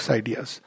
ideas